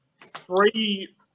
three